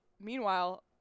meanwhile